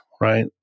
right